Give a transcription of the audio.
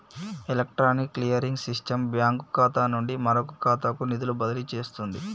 electronic clearing system bank ఖాతా నుండి మరొక ఖాతాకు నిధులు బదిలీ చేస్తుంది